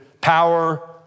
power